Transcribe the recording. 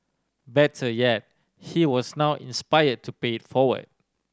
better yet he was now inspired to pay it forward